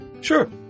Sure